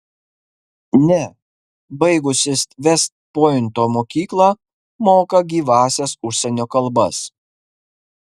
ne baigusis vest pointo mokyklą moka gyvąsias užsienio kalbas